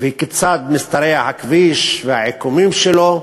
וכיצד משתרע הכביש והעיקומים שלו,